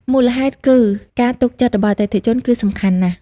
មូលហេតុគឺ ការទុកចិត្តរបស់អតិថិជនគឺសំខាន់ណាស់។